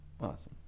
Awesome